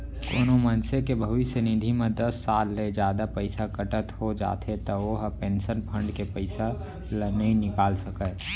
कोनो मनसे के भविस्य निधि म दस साल ले जादा पइसा कटत हो जाथे त ओ ह पेंसन फंड के पइसा ल नइ निकाल सकय